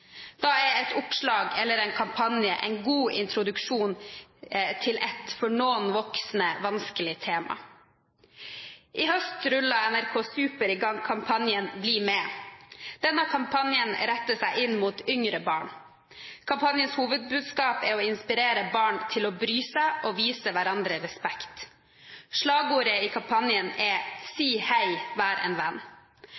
Da er et oppslag eller en kampanje en god introduksjon til et, for noen voksne, vanskelig tema. I høst rullet NRK Super i gang kampanjen BlimE. Denne kampanjen retter seg inn mot yngre barn. Kampanjens hovedbudskap er å inspirere barn til å bry seg og vise hverandre respekt. Slagordet i kampanjen er